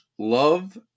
Love